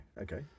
Okay